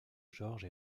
george